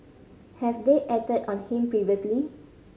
have they acted on him previously